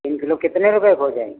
तीन किलो कितने रुपये की हो जाएगी